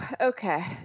okay